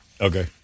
Okay